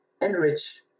enrich